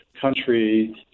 country